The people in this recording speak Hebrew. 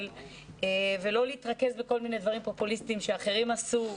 ולא להתרכז בכל מיני דברים פופוליסטיים שאחרים עשו,